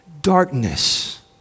darkness